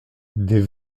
des